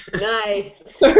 Nice